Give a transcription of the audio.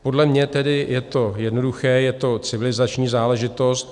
Podle mě tedy je to jednoduché, je to civilizační záležitost.